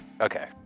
okay